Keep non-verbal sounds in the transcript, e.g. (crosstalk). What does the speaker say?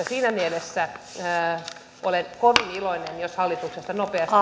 (unintelligible) siinä mielessä olen kovin iloinen jos hallituksesta nopeasti (unintelligible)